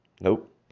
Nope